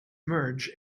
merge